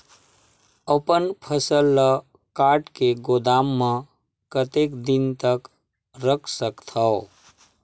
अपन फसल ल काट के गोदाम म कतेक दिन तक रख सकथव?